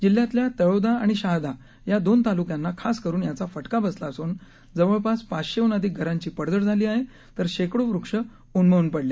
जिल्ह्यातल्या तळोदा आणि शहादा या दोन तालुक्यांना खास करुन याचा फटका बसला असुन जवळपास पाचशेहून अधिक घरांची पडझड झाली आहे तर शेकडो वृक्ष उन्मळुन पडले